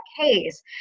case